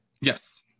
yes